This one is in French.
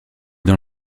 dans